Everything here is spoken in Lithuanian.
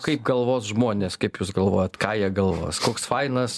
kaip galvos žmonės kaip jūs galvojat ką jie galvos koks fainas